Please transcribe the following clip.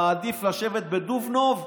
מעדיף לשבת בדובנוב,